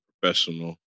professional